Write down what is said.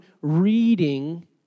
reading